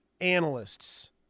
analysts